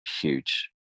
huge